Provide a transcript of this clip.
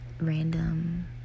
random